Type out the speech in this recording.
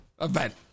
event